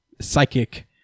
psychic